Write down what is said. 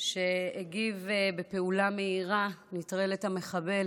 שהגיב בפעולה מהירה ונטרל את המחבל.